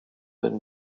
and